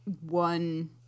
one